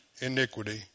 iniquity